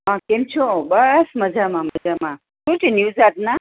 હા કેમ છો બસ મજામાં મજામાં શું છે ન્યૂઝ આજનાં